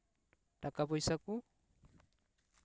ᱴᱟᱠᱟ ᱯᱚᱭᱥᱟ ᱠᱚ